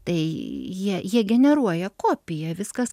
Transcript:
tai jie jie generuoja kopiją viskas